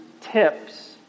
tips